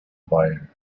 buyer